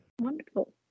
wonderful